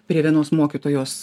prie vienos mokytojos